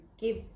give